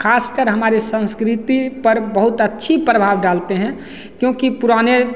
खासकर हमारे संस्कृति पर बहुत अच्छी प्रभाव डालते हैं क्योंकि पुराने